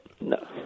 No